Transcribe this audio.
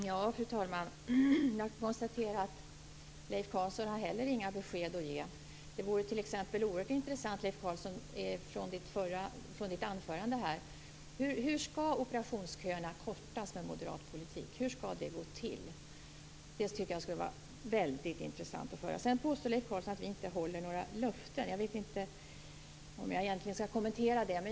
Fru talman! Jag konstaterar att inte heller Leif Carlson har några besked att ge. Utifrån Leif Carlsons anförande vore det t.ex. oerhört intressant att få veta hur operationsköerna skall kortas med moderat politik. Hur skall det gå till? Det tycker jag skulle vara väldigt intressant att få höra. Sedan påstår Leif Carlson att vi inte håller några löften. Jag vet inte om jag skall kommentera det.